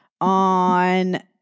On